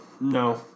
No